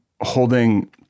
holding